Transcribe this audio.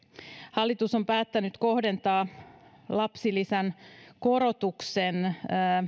hallitus on päättänyt kohdentaa lapsilisän korotuksen